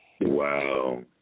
Wow